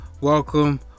welcome